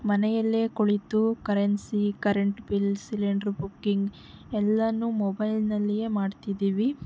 ಮನೆಯಲ್ಲೇ ಕುಳಿತು currency current bills cylinder booking ಎಲ್ಲಾನು ಮೊಬೈಲ್ನಲ್ಲಿಯೇ ಮಾಡ್ತಿದ್ದೀವಿ